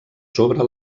sobre